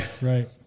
Right